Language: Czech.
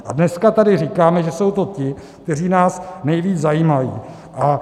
A dneska tady říkáme, že jsou to ti, kteří nás nejvíc zajímají.